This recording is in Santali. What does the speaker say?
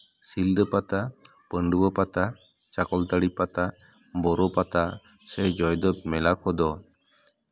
ᱥᱤᱞᱫᱟᱹ ᱯᱟᱛᱟ ᱯᱟᱹᱰᱩᱣᱟᱹ ᱯᱟᱛᱟ ᱪᱟᱠᱚᱞᱛᱟᱹᱲᱤ ᱯᱟᱛᱟ ᱵᱚᱨᱚ ᱯᱟᱛᱟ ᱥᱮ ᱡᱚᱭᱫᱮᱵ ᱢᱮᱞᱟ ᱠᱚᱫᱚ